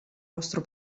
vostro